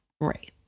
Right